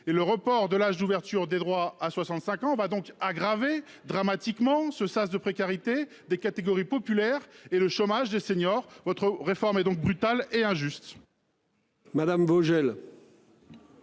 le report de l'âge d'ouverture des droits à 65 ans va donc aggraver dramatiquement ce sas de précarité des catégories populaires et le chômage des seniors votre réforme est donc brutale et injuste.